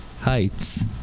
Heights